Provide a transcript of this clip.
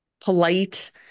polite